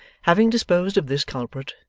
having disposed of this culprit,